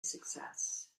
success